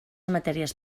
matèries